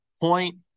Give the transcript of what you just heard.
point